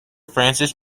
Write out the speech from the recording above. francis